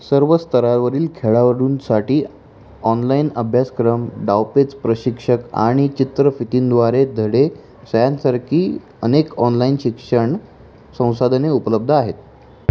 सर्व स्तरावरील खेळाडूंसाठी ऑनलाईन अभ्यासक्रम डावपेच प्रशिक्षक आणि चित्रफितींद्वारे धडे यांसारखी अनेक ऑनलाईन शिक्षण संसाधने उपलब्ध आहेत